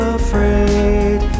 afraid